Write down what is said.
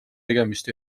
tegemist